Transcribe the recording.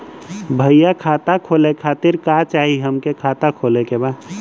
भईया खाता खोले खातिर का चाही हमके खाता खोले के बा?